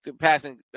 passing